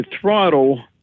throttle